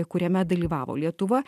kuriame dalyvavo lietuva